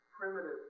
primitive